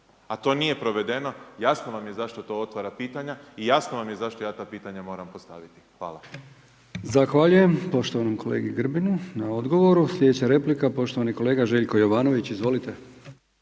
a to nije provedeno, jasno vam je zašto to otvara pitanja i jasno vam je zašto ja ta pitanja moram postaviti. Hvala. **Brkić, Milijan (HDZ)** Zahvaljujem poštovanom kolegi Grbinu na odgovoru. Sljedeća replika, poštovani kolega Željko Jovanović, izvolite.